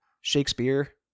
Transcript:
Shakespeare